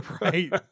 Right